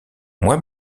moi